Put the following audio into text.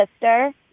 sister